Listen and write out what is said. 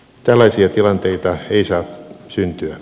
tällaisia tilanteita ei saa syntyä